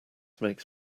makes